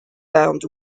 bound